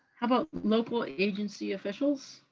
how about local agency officials?